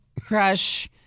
Crush